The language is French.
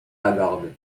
lagarde